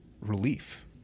relief